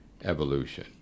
evolution